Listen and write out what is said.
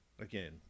again